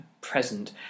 present